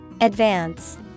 Advance